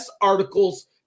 articles